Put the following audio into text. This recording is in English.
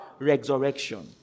Resurrection